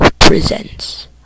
presents